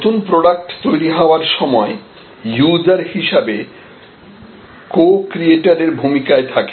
নতুন প্রোডাক্ট তৈরী হওয়ার সময় ইউজার হিসেবে গ্রাহক কো ক্রিয়েটর এর ভূমিকায় থাকে